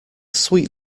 sweet